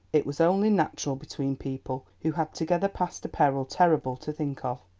it was only natural between people who had together passed a peril terrible to think of.